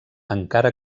encara